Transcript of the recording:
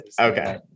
Okay